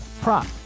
prop